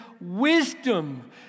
wisdom